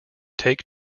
take